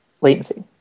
latency